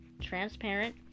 transparent